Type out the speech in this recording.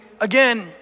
again